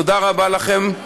תודה רבה לכם.